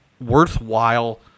worthwhile